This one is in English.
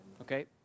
Okay